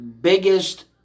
biggest